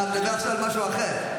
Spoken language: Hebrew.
אתה מדבר עכשיו על משהו אחר.